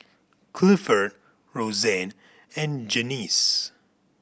Clifford Rosanne and Janyce